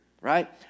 right